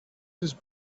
this